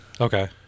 Okay